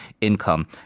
income